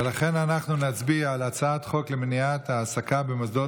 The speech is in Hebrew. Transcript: ולכן אנחנו נצביע על הצעת חוק למניעת העסקה במוסדות